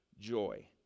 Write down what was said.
joy